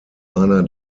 einer